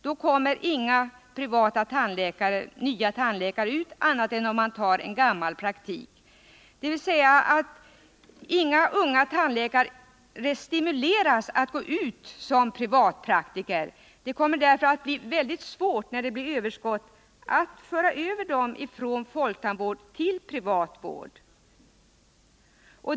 Det blir inga nya privatpraktiker annat än om någon övertar en gammal praktik, dvs. inga unga tandläkare stimuleras att gå ut som privatpraktiker. Det kommer därför att bli väldigt svårt när det blir överskott att få ut dem från folktandvård till privat vård.